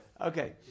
Okay